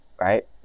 right